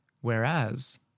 whereas